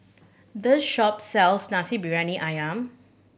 this shop sells Nasi Briyani Ayam